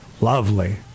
lovely